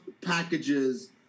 packages